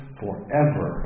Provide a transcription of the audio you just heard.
forever